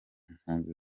impunzi